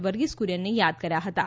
વર્ગીસ કુરિયનને યાદ કર્યા હતાં